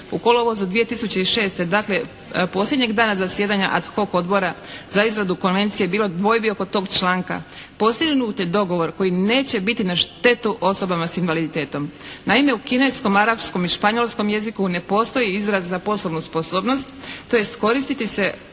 u kolovozu 2006. dakle posljednjeg dana zasjedanja ad hoc odbora za izradu konvencije bilo dvojbi oko tog članka postignut je dogovor koji neće biti na štetu osobama s invaliditetom. Naime, u kineskom, arapskom i španjolskom jeziku ne postoji izraz za poslovnu sposobnost, tj. koristi se